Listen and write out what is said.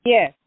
Yes